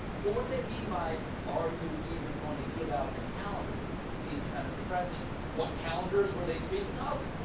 but what did they mean by are you even going to give out your calendars? seems kind of depressing? what calendars were they speaking of?